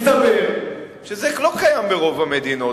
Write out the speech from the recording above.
מסתבר שזה לא קיים ברוב המדינות.